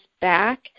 back